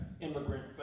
immigrant